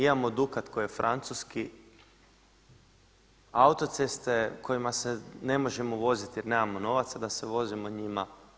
Imamo Dukat koji je Francuski, autoceste kojima se ne možemo voziti jer nemamo novaca da se vozimo njima.